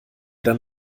dann